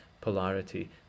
polarity